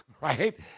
right